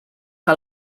que